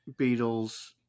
Beatles